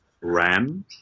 ran